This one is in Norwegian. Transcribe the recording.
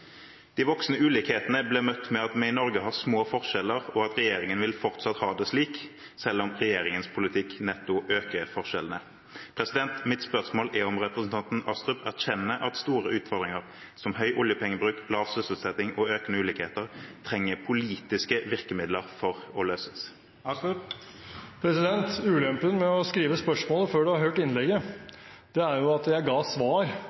De voksende ulikhetene ble møtt med at vi i Norge har små forskjeller, og at regjeringen fortsatt vil ha det slik, selv om regjeringens politikk netto øker forskjellene. Mitt spørsmål er om representanten Astrup erkjenner at store utfordringer, som høy oljepengebruk, lav sysselsetting og økende ulikheter, trenger politiske virkemidler for å løses. Ulempen med å skrive spørsmålet før man har hørt innlegget, er jo at jeg ga svar